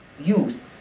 youth